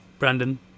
Brandon